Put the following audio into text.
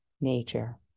nature